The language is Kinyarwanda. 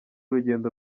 urugendo